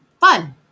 fun